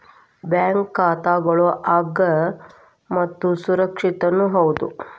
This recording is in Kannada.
ಬ್ಯಾಂಕ್ ಖಾತಾಗಳು ಅಗ್ಗ ಮತ್ತು ಸುರಕ್ಷಿತನೂ ಹೌದು